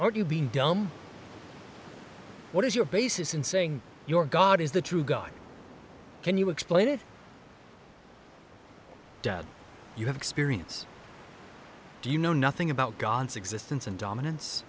are you being dumb what is your basis in saying your god is the true god can you explain it does you have experience do you know nothing about god's existence and dominance